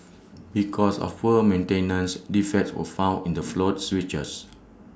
because of poor maintenance defects were found in the float switches